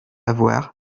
avoir